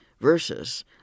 versus